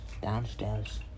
Downstairs